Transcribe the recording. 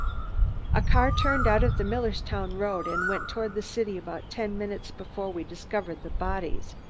a car turned out of the millerstown road and went toward the city about ten minutes before we discovered the bodies,